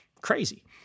Crazy